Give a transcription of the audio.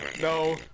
no